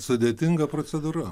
sudėtinga procedūra